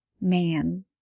man